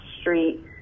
street